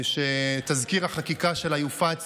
שתזכיר החקיקה שלה יופץ